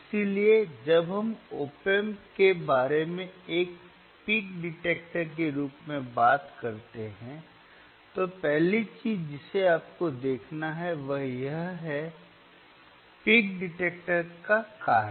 इसलिए जब हम op amp के बारे में एक पिक डिटेक्टर के रूप में बात करते हैं तो पहली चीज जिसे आपको देखना है वह है पीक डिटेक्टर का कार्य